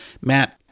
Matt